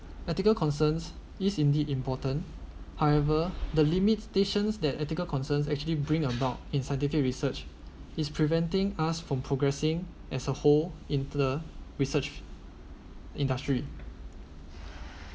ethical concerns is indeed important however the limit stations that ethical concerns actually bring about in scientific research is preventing us from progressing as a whole into the research industry